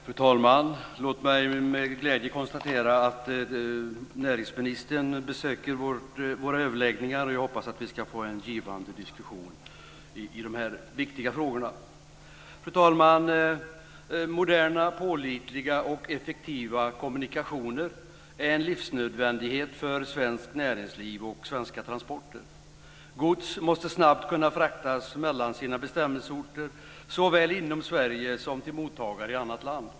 Fru talman! Låt mig med glädje konstatera att näringsministern besöker våra överläggningar. Jag hoppas att vi ska få en givande diskussion i dessa viktiga frågor. Fru talman! Moderna, pålitliga och effektiva kommunikationer är en livsnödvändighet för svenskt näringsliv och svenska transporter. Gods måste snabbt kunna fraktas mellan sina bestämmelseorter såväl inom Sverige som till mottagare i annat land.